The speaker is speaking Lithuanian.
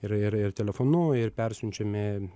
ir ir ir telefonu ir persiunčiami